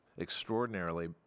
extraordinarily